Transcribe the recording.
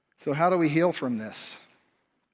so how do we heal from this?